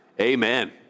Amen